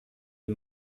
est